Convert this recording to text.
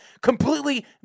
completely